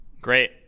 Great